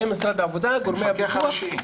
עם המפקח הראשי.